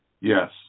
Yes